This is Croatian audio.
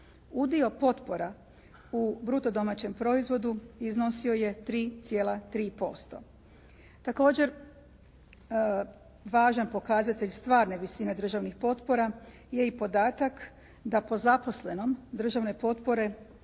Udio potpora u bruto domaćem proizvodu iznosio je 3,3%. Također, važan pokazatelj stvarne visine državnih potpora je podatak da po zaposlenom državne potpore